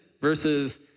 versus